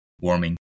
warming